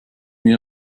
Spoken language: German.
wir